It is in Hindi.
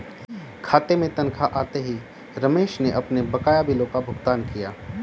खाते में तनख्वाह आते ही रमेश ने अपने बकाया बिलों का भुगतान किया